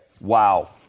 Wow